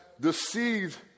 deceived